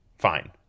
fine